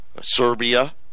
Serbia